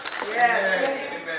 Yes